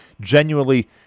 genuinely